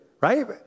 right